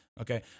okay